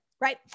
right